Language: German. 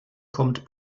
kommt